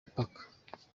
imipaka